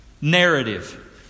narrative